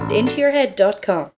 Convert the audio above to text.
IntoYourHead.com